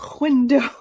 window